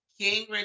King